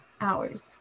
hours